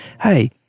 hey